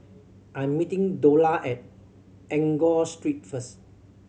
I'm meeting Dola at Enggor Street first